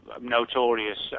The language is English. notorious